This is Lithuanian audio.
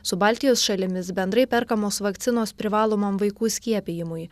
su baltijos šalimis bendrai perkamos vakcinos privalomam vaikų skiepijimui